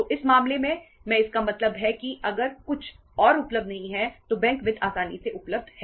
तो इस मामले में इसका मतलब है कि अगर कुछ और उपलब्ध नहीं है तो बैंक वित्त आसानी से उपलब्ध है